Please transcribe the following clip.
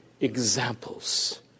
examples